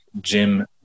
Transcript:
Jim